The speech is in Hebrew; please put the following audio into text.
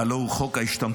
הלוא הוא חוק ההשתמטות,